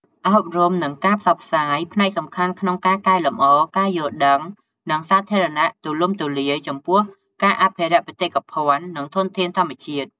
អប់រំ និងការផ្សព្វផ្សាយ ផ្នែកសំខាន់ក្នុងការកែលម្អការយល់ដឹង និងសាធារណៈទូលំទូលាយចំពោះការអភិរក្សបេតិកភណ្ឌ និងធនធានធម្មជាតិ។